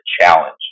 challenge